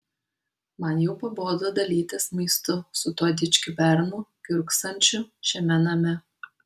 man jau pabodo dalytis maistu su tuo dičkiu bernu kiurksančiu šiame name